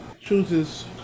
chooses